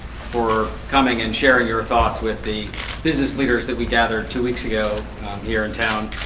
for coming and sharing your thoughts with the business leaders that we gathered two weeks ago here in town.